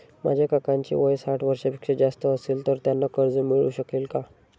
माझ्या काकांचे वय साठ वर्षांपेक्षा जास्त असेल तर त्यांना कर्ज मिळू शकेल का?